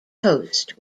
host